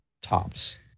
Tops